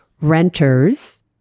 renters